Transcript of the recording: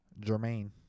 Jermaine